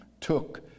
took